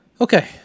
okay